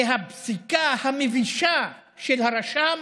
הפסיקה המבישה של הרשם